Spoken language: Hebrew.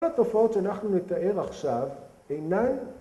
התופעות שאנחנו נתאר עכשיו אינן